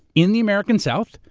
in the american south,